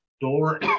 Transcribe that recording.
door